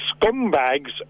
scumbags